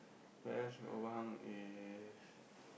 best lobang is